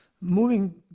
moving